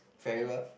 very well